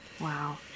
wow